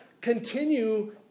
continue